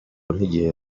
nk’igihe